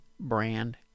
brand